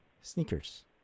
sneakers